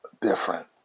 different